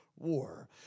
war